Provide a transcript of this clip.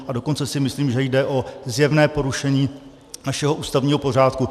A dokonce si myslím, že jde o zjevné porušení našeho ústavního pořádku.